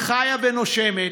חיה ונושמת,